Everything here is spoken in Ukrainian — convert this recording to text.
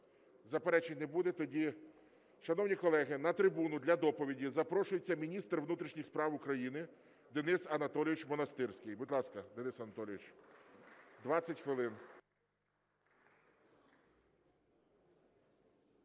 Заперечень не буде, тоді... Шановні колеги, на трибуну для доповіді запрошується міністр внутрішніх справ України Денис Анатолійович Монастирський. Будь ласка, Денисе Анатолійовичу, 20 хвилин.